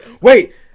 Wait